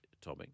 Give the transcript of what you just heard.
Tommy